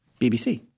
BBC